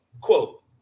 Quote